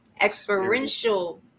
experiential